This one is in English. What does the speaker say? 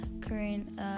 current